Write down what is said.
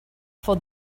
for